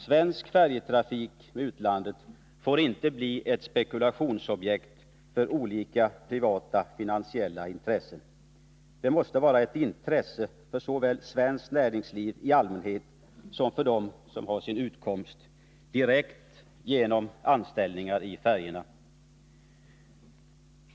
Svensk färjetrafik med utlandet får inte bli ett spekulationsobjekt för olika privata finansiella intressen. Det måste vara ett intresse såväl för svenskt näringsliv i allmänhet som för dem som har sin utkomst direkt genom anställningar på färjorna.